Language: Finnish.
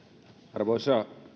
arvoisa